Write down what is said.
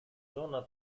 zona